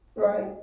right